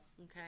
okay